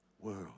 world